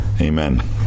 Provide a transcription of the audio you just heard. Amen